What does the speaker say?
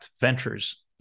ventures